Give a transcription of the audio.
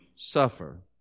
Suffer